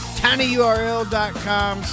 tinyurl.com